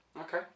Okay